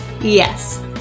Yes